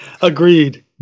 Agreed